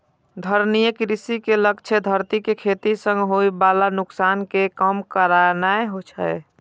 धारणीय कृषि के लक्ष्य धरती कें खेती सं होय बला नुकसान कें कम करनाय छै